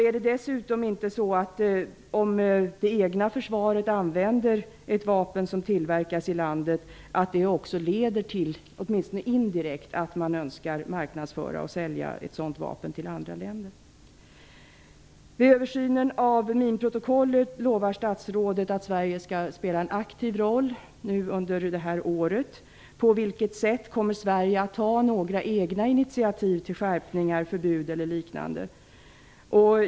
Är det dessutom inte så, om det egna försvaret använder ett vapen som tillverkas i landet, att det åtminstone indirekt leder till att man önskar marknadsföra och sälja ett sådant vapen till andra länder? Statsrådet lovar att Sverige vid översynen av minprotokollet skall spela en aktiv roll under det här året. På vilket sätt kommer Sverige att ta några egna initiativ till skärpningar, förbud eller liknande?